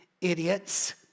idiots